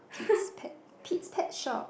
please pet please pet shop